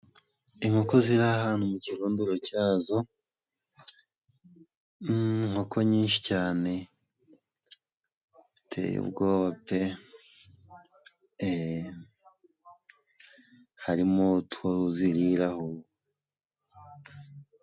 Inkoko ziri ahantu mu kirunduro cyazo, inkoko nyinshi cyane biteye ubwoba pe! harimo utwo ziriraho.